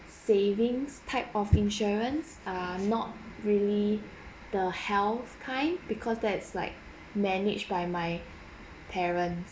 savings type of insurance ah not really the health kind because that's like managed by my parents